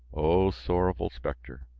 o sorrowful specter!